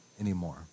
anymore